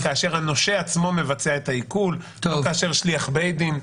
כאשה הנושה עצמו מבצע את העיקול ולא כאשר שליח בית דין.